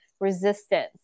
resistance